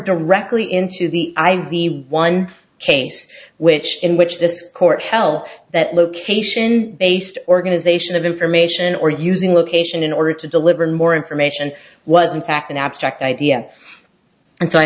directly into the i v one case which in which this court held that location based organization of information or using location in order to deliver more information was in fact an abstract idea and so i